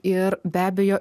ir be abejo